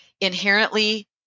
inherently